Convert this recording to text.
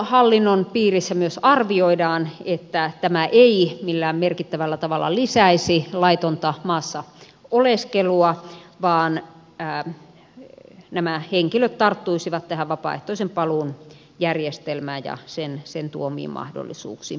maahanmuuttohallinnon piirissä myös arvioidaan että tämä ei millään merkittävällä tavalla lisäisi laitonta maassa oleskelua vaan nämä henkilöt tarttuisivat tähän vapaaehtoisen paluun järjestelmään ja sen tuomiin mahdollisuuksiin pääsääntöisesti